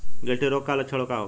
गिल्टी रोग के लक्षण का होखे?